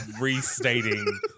restating